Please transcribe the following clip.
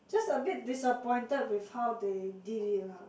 just a bit disappointed with how they did it lah